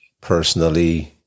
personally